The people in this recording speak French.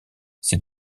ces